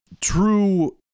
true –